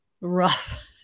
rough